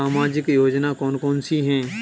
सामाजिक योजना कौन कौन सी हैं?